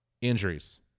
Injuries